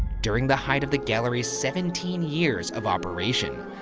during the height of the gallery's seventeen years of operation,